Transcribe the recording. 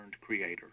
creator